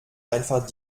einfach